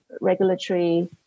regulatory